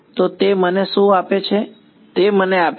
તો તે મને શું આપે છે તે મને આપે છે